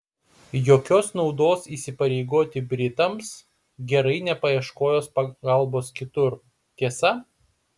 jokios naudos įsipareigoti britams gerai nepaieškojus pagalbos kitur tiesa